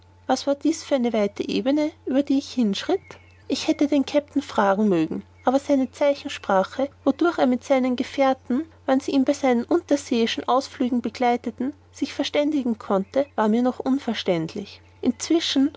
was war dies für eine weite ebene über die ich hinschritt ich hätte den kapitän fragen mögen aber seine zeichensprache wodurch er mit seinen gefährten wann sie ihn bei seinen unterseeischen ausflügen begleiteten sich verständigen konnte war mir noch unverständlich inzwischen